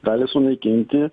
gali sunaikinti